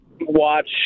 watch